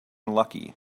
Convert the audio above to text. lucky